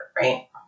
right